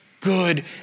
good